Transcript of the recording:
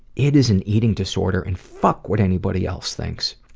it is an eating disorder and fuck what anybody else thinks.